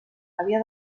havia